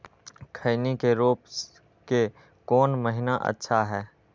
खैनी के रोप के कौन महीना अच्छा है?